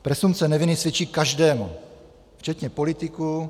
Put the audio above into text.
Presumpce neviny svědčí každému, včetně politiků.